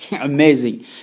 amazing